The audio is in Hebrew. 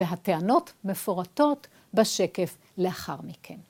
והטענות מפורטות בשקף לאחר מכן.